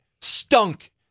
Stunk